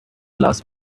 last